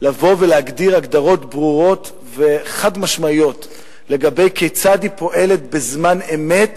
לבוא ולהגדיר הגדרות ברורות וחד-משמעיות כיצד היא פועלת בזמן אמת